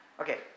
Okay